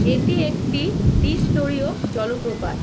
এটি একটি দ্বিস্তরীয় জলপ্রপাত